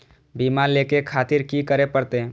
बीमा लेके खातिर की करें परतें?